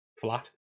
flat